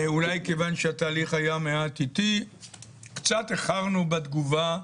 אולי מכיוון שהתהליך היה מעט אטי קצת איחרנו בתגובה.